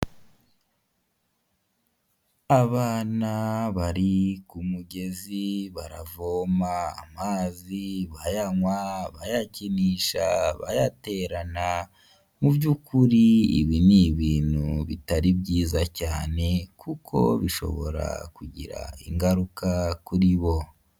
Abana bari ku mugezi baravoma amazi bayanywa, bayakinisha, bayaterana, mu byukuri ibi ni ibintu bitari byiza cyane kuko bishobora kugira ingaruka kuri bo.